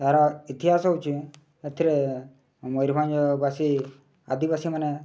ତା'ର ଇତିହାସ ହେଉଛି ଏଥିରେ ମୟୂରଭଞ୍ଜ ବାସି ଆଦିବାସୀ ମାନେ